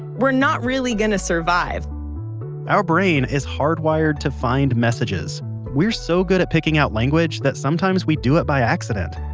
we're not really going to survive our brain is hardwired to find messages. so good at picking out language that sometimes we do it by accident.